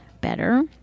better